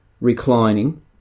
Reclining